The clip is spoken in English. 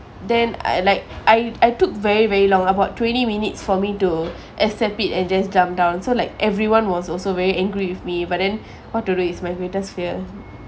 then I like I I took very very long about twenty minutes for me to accept it and just jump down so like everyone was also very angry with me but then what to do it's my greatest fear